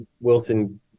Wilson